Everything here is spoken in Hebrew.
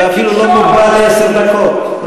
אתה אפילו לא מוגבל לעשר דקות.